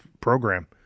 program